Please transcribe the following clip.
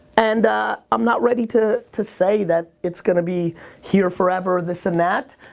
and i'm not ready to to say that it's gonna be here forever, this and that.